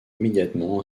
immédiatement